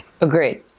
Agreed